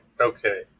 Okay